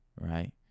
right